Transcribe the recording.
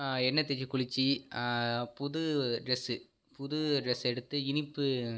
எண்ணெய் தேய்ச்சி குளித்து புது ட்ரெஸ்ஸு புது ட்ரெஸ் எடுத்து இனிப்பு